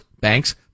banks